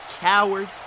coward